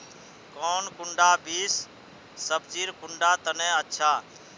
कौन कुंडा बीस सब्जिर कुंडा तने अच्छा?